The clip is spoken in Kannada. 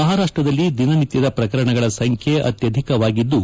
ಮಹಾರಾಷ್ಟದಲ್ಲಿ ದಿನನಿತ್ತದ ಪ್ರಕರಣಗಳ ಸಂಖ್ಯೆ ಅತ್ತಧಿಕವಾಗಿದ್ದು